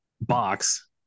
box